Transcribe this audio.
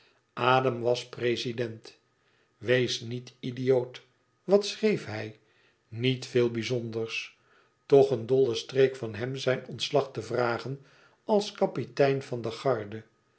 adam was prezident wees niet idioot wat schreef hij niet veel bizonders toch een dolle streek van hem zijn ontslag te vragen als kapitein van de garde